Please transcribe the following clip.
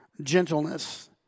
gentleness